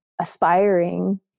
aspiring